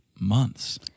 months